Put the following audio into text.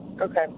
Okay